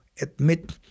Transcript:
admit